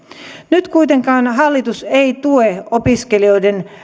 nyt kuitenkaan hallitus ei tue opiskelijoiden